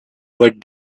what